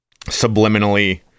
subliminally